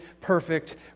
perfect